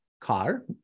car